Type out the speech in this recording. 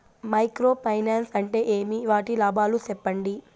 Micro finance అంటే ఏమి? వాటి లాభాలు సెప్పండి?